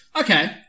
Okay